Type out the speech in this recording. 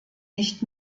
nicht